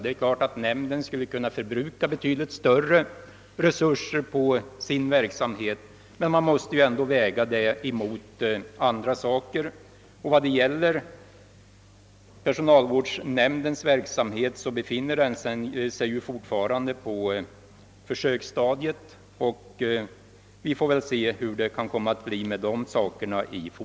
Nämnden skulle naturligtvis kunna förbruka betydligt större resurser i sin verksamhet, men behovet måste vägas mot andra behov. Personalvårdsnämndens verksamhet befinner sig fortfarande på försöksstadiet och erfarenheten får visa vilken utveckling den skall få.